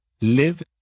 live